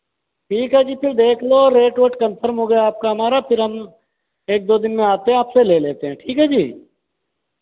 ठीक है जी फिर देख लो रेट वेट कन्फर्म हो गया आपका हमारा फिर हम एक दो दिन में आते है आपसे ले लेते हैं ठीक है जी